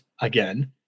again